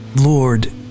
Lord